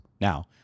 Now